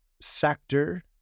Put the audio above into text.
sector